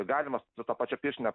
galima su ta pačia pirštine